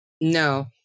No